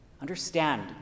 Understand